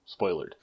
spoilered